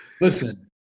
listen